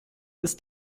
ist